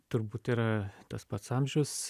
turbūt yra tas pats amžius